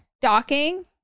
docking